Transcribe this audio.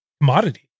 commodity